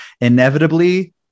inevitably